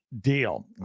deal